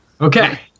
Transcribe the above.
Okay